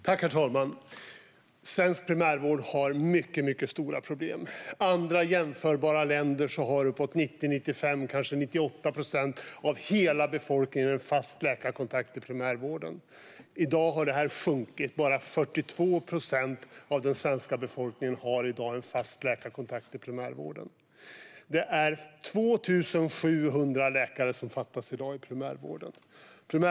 Herr talman! Svensk primärvård har mycket stora problem. I andra jämförbara länder har uppåt 90-95 procent, kanske 98 procent, av hela befolkningen en fast läkarkontakt i primärvården. I dag har detta sjunkit, och bara 42 procent av den svenska befolkningen har en fast läkarkontakt i primärvården. Inom primärvården fattas i dag 2 700 läkare.